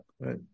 right